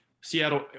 Seattle